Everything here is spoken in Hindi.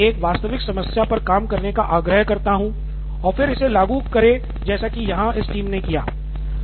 मैं आपसे एक वास्तविक समस्या पर काम करने का आग्रह करता हूं और फिर इसे लागू करें जैसा कि यहाँ इस टीम ने किया